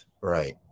Right